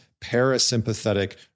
parasympathetic